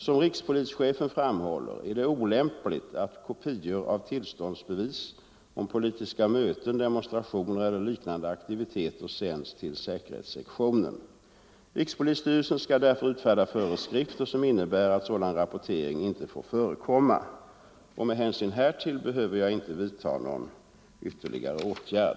Som rikspolischefen framhåller är det olämpligt att kopior av tillståndsbevis om politiska möten, demonstrationer eller liknande aktiviteter sänds till säkerhetssektionen. Rikspolisstyrelsen skall därför utfärda föreskrifter, som innebär att sådan rapportering inte får förekomma. Med hänsyn härtill behöver jag inte vidtaga någon ytterligare åtgärd.